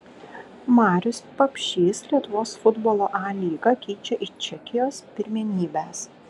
marius papšys lietuvos futbolo a lygą keičia į čekijos pirmenybes